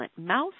mouse